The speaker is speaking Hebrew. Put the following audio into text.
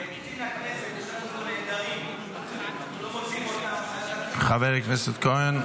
קצין הכנסת --- יש כמה נעדרים שלא מוצאים אותם --- חבר הכנסת כהן,